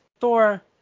Thor